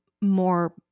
more